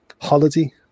holiday